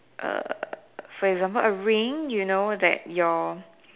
err for example a ring that your